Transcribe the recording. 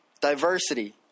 diversity